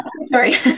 Sorry